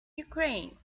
ukraine